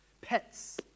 pets